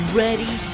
ready